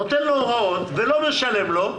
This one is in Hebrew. נותן לו הוראות ולא משלם לו.